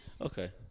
Okay